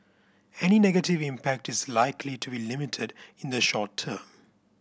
any negative impact is likely to be limited in the short term